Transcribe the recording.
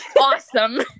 awesome